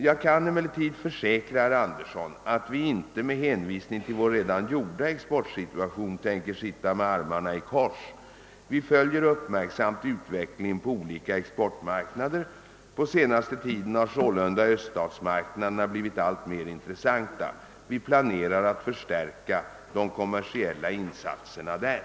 Jag kan emellertid försäkra herr Andersson att vi inte med hänvisning till vår redan goda exportsituation tänker sitta med armarna i kors. Vi följer uppmärksamt utvecklingen på olika exportmarknader. På senaste tiden har sålunda öststatsmarknaderna blivit alltmer intressanta. Vi planerar att förstärka de kommersiella insatserna där.